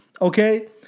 okay